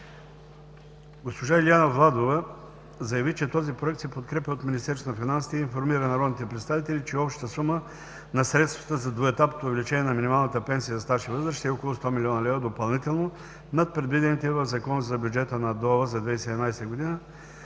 Госпожа Илиана Владова заяви, че този Проект се подкрепя от Министерството на финансите и информира народните представители, че общата сума на средствата за двуетапно увеличение на минималната пенсия за стаж и възраст ще е около 100 млн. лв. допълнително над предвидените в Закона за бюджета на ДОО за 2017 г.